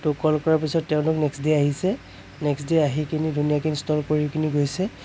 ত' কল কৰাৰ পিছত তেওঁলোক নেক্সট ডে আহিছে নেক্সট ডে আহি কিনি ধুনীয়াকে ইনষ্টল কৰি কিনি গৈছে